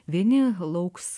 vieni lauks